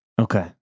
Okay